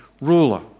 ruler